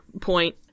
point